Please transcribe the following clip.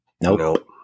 nope